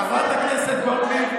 חברת הכנסת גוטליב,